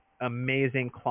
Amazing